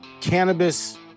cannabis